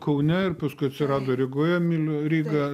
kaune ir paskui atsirado rygoje myliu rygą